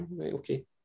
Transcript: Okay